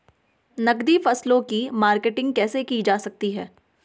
नकदी फसलों की मार्केटिंग कैसे की जा सकती है?